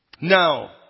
Now